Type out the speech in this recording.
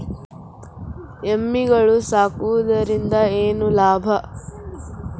ಎಮ್ಮಿಗಳು ಸಾಕುವುದರಿಂದ ಏನು ಲಾಭ?